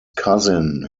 cousin